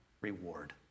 reward